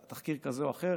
תחקיר כזה או אחר,